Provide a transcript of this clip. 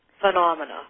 phenomena